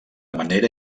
manera